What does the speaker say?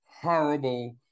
horrible